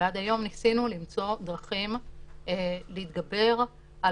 ועד היום ניסינו למצוא דרכים להתגבר על